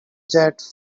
jet